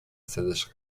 صداش